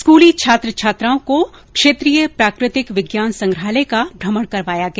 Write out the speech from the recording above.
स्कूली छात्र छात्राओं को क्षेत्रीय प्राकृतिक विज्ञान संग्रहालय का भ्रमण करवाया गया